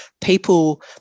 People